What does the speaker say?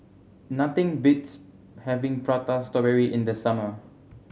nothing beats having Prata Strawberry in the summer